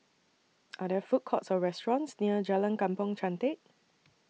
Are There Food Courts Or restaurants near Jalan Kampong Chantek